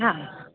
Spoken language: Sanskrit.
हा